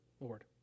Lord